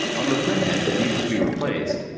on the printhead that needs to be replaced,